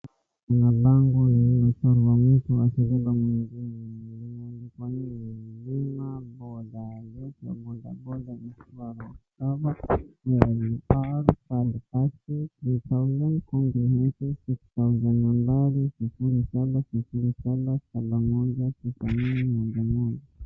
Kuna bango lililochorwa mtu akibeba mwingine, imeandikwa ni bima bora inaitwa bodaboda insurance na hapo kumeandikwa third party three thousand, comprehensive six thousand nambari sufuri saba sufuri saba tisa moja, tisa nne moja moja.